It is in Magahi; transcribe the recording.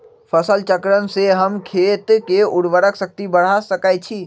फसल चक्रण से हम खेत के उर्वरक शक्ति बढ़ा सकैछि?